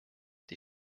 die